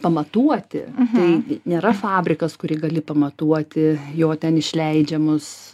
pamatuoti tai nėra fabrikas kurį gali pamatuoti jo ten išleidžiamus